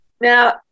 Now